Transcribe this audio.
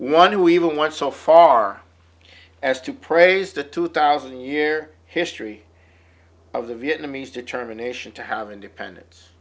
who even went so far as to praise the two thousand year history of the vietnamese determination to have independence